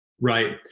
Right